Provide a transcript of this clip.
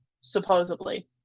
supposedly